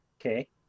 okay